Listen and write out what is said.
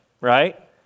right